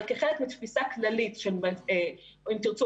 אבל כחלק מתפיסה כללית אם תרצו,